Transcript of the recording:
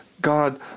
God